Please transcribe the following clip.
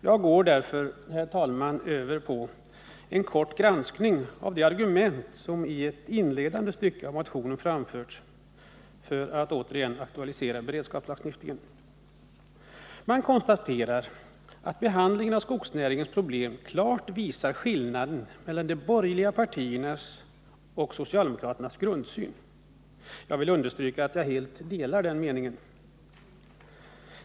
Jag går därför, herr talman, över till en kort granskning av de argument som i ett inledande stycke av motionen framförts för att återigen aktualisera beredskapslagstiftningen. Man konstaterar att behandlingen av skogsnäringens problem klart visar skillnaderna mellan de borgerliga partiernas och socialdemokraternas grundsyn. Jag vill understryka att jag helt delar den meningen.